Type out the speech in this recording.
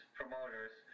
promoters